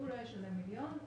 הוא לא ישלם מיליון שקלים אלא הוא